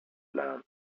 plans